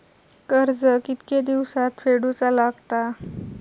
कर्ज कितके दिवसात फेडूचा लागता?